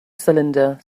cylinder